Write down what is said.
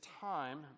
time